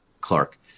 Clark